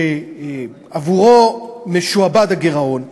שעבורו הגירעון משועבד,